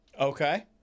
Okay